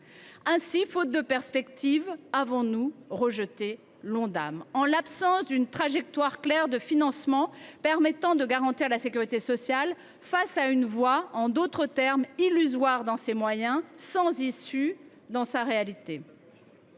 Ainsi, faute de perspectives avons nous rejeté l’Ondam, en l’absence d’une trajectoire claire de financement permettant de garantir la sécurité sociale, face à une voie illusoire dans ses moyens et sans issue dans sa réalité.